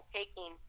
taking